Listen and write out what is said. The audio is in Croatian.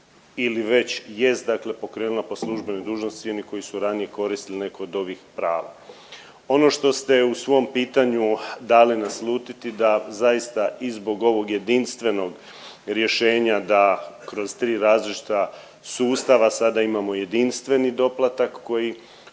ili već jest dakle pokrenula po službenoj dužnosti svi oni koji su ranije koristili neko od ovih prava. Ono što ste u svom pitanju dali naslutiti da zaista i zbog ovog jedinstvenog rješenja da kroz 3 različita sustava sada imamo jedinstveni doplatak koji